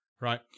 right